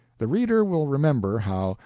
the reader will remember how,